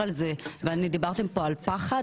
דיברתם פה על פחד,